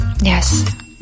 Yes